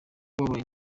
wabaye